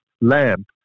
lamp